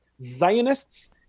Zionists